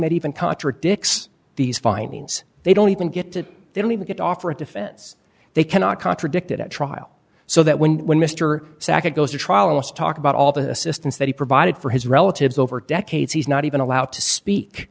that even contradicts these findings they don't even get to they don't even get offered defense they cannot contradict it at trial so that when when mr sacket goes to trial or must talk about all the assistance that he provided for his relatives over decades he's not even allowed to speak